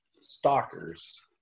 stalkers